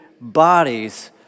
bodies